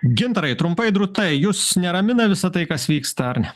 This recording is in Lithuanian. gintarai trumpai drūtai jus neramina visa tai kas vyksta ar ne